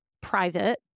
private